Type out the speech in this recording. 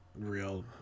real